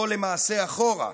או למעשה אחורה,